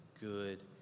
good